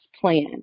plan